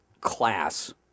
class